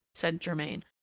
said germain.